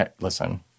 Listen